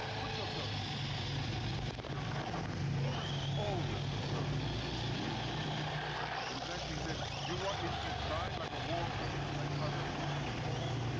put yourself in in his shoes if you will for a moment. he was always opposed to the use of nuclear weapons. in fact he said, do you want me to be tried like a war criminal like others were before me?